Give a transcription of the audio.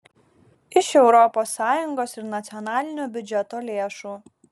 iš europos sąjungos ir nacionalinio biudžeto lėšų